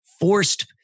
forced